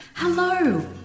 Hello